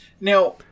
Now